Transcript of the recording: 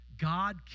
God